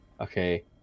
Okay